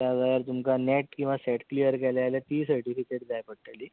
त्या भायर तुमकां नॅट किंवा सॅट क्लियर केल्या जाल्यार ती सटिफिकेट जाय पडटली